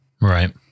right